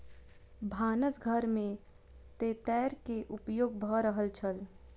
भानस घर में तेतैर के उपयोग भ रहल छल